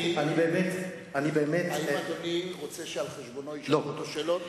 האם אדוני רוצה שעל-חשבונו ישאלו אותו שאלות?